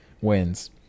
wins